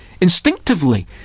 Instinctively